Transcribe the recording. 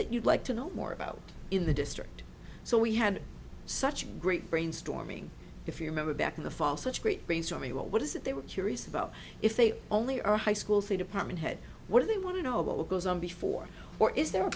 it you'd like to know more about in the district so we had such great brainstorming if you remember back in the fall such great brainstorming about what is it they were curious about if they only are high schools the department head what do they want to know about what goes on before or is there a